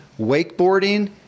wakeboarding